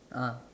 ah